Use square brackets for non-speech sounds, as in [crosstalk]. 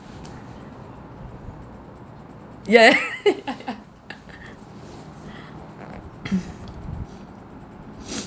ya ya [laughs] [coughs]